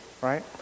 right